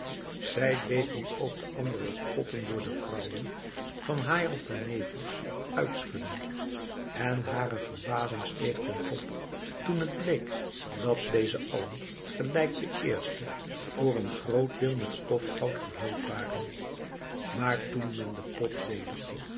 zij deed nu ook de andere potten door de vrouwen van haïatalnefous uitschudden en hare verbazing steeg ten top toen het bleek dat deze allen gelijk de eerste voor een groot deel met stofgoud gevuld waren maar toen men de pot